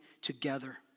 together